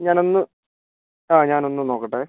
ഞാനൊന്ന് അ ഞാനൊന്ന് നോക്കട്ടേ